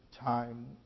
time